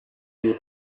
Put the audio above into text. you